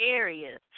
areas